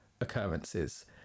occurrences